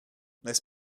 n’est